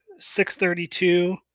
632